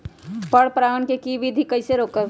पर परागण केबिधी कईसे रोकब?